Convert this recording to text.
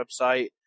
website